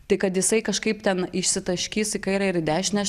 tai kad jisai kažkaip ten išsitaškys į kairę ir į dešinę aš